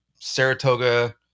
Saratoga